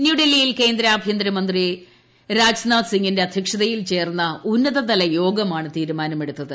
ന്യൂഡൽഹിയിൽ കേന്ദ്ര ആഭ്യന്തരമന്ത്രി രാജ്നാഥ് സിംഗിന്റെ അധ്യക്ഷതയിൽ ചേർന്ന ഉന്നതതലയോഗമാണ് തീരുമാനമെടുത്തത്